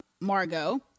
Margot